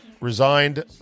resigned